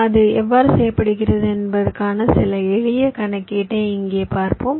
அது எவ்வாறு செய்யப்படுகிறது என்பதற்கான சில எளிய கணக்கீட்டை இங்கே பார்ப்போம்